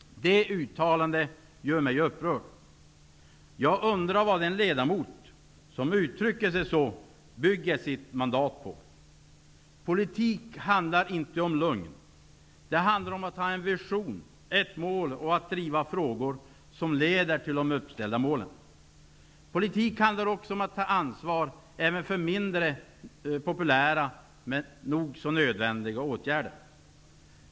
Det uttalandet gör mig upprörd. Jag undrar vad den ledamot som uttrycker sig så bygger sitt mandat på. Politik handlar inte om lögn. Det handlar om att ha en vision, ett mål, och att driva frågor som leder till uppställda mål. Politik handlar också om att ta ansvar, även för mindre populära men nog så nödvändiga åtgärder.